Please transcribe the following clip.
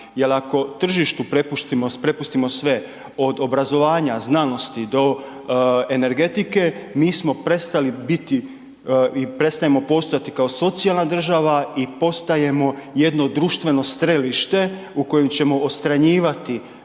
jel ako tržištu prepustimo sve, od obrazovanja, znanosti, do energetike, mi smo prestali biti i prestajemo postojati kao socijalna država i postajemo jedno društveno strelište u kojem ćemo odstranjivati